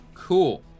Cool